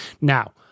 Now